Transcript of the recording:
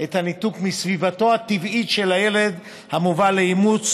את הניתוק מסביבתו הטבעית של הילד המובא לאימוץ